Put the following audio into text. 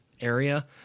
area